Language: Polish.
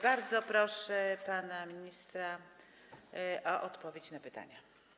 Bardzo proszę pana ministra o odpowiedź na pytania.